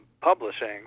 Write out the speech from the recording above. publishing